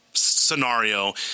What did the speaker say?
scenario